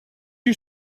you